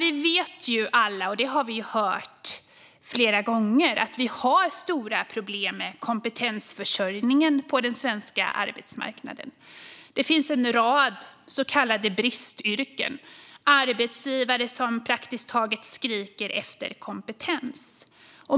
Vi vet ju alla att vi har stora problem med kompetensförsörjningen på den svenska arbetsmarknaden. Det finns en rad så kallade bristyrken och arbetsgivare som praktiskt taget skriker efter kompetens.